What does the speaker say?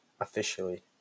officially